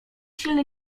silny